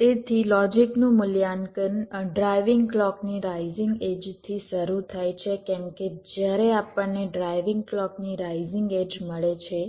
તેથી લોજિકનું મૂલ્યાંકન ડ્રાઇવિંગ ક્લૉકની રાઇઝિંગ એડ્જથી શરૂ થાય છે કેમ કે જ્યારે આપણને ડ્રાઇવિંગ ક્લૉકની રાઇઝિંગ એડ્જ મળે છે